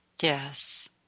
Yes